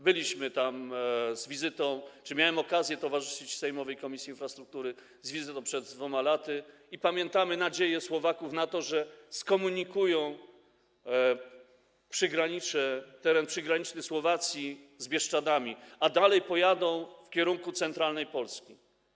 Byliśmy tam z wizytą czy miałem okazję towarzyszyć sejmowej Komisji Infrastruktury z wizytą przed 2 laty i pamiętamy nadzieję Słowaków na to, że skomunikują przygranicze, teren przygraniczny Słowacji z Bieszczadami, a dalej pojadą w kierunku centralnej Polski.